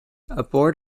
aboard